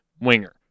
winger